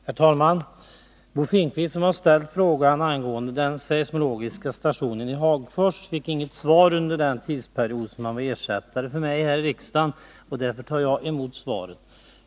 Herr talman! Bo Finnkvist, som har ställt frågan om den seismologiska stationen i Hagfors, fick inte svar under den tidsperiod som han var ersättare för mig här i riksdagen. Därför tar jag emot svaret.